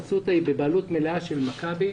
אסותא היא בבעלות מלאה של מכבי.